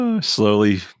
Slowly